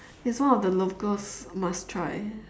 it's one of the locals must try